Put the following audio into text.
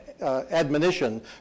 admonition